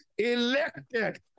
elected